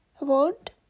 Award